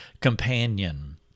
companion